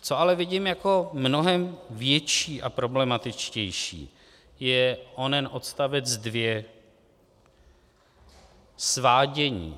Co ale vidím jako mnohem větší a problematičtější je onen odstavec 2 svádění.